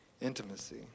intimacy